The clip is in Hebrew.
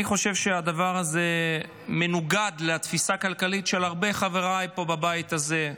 אני חושב שהדבר הזה מנוגד לתפיסה הכלכלית של הרבה מחבריי פה בבית הזה,